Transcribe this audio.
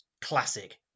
classic